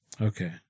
Okay